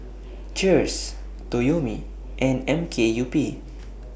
Cheers Toyomi and M K U P